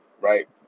right